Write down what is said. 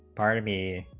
part b